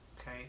okay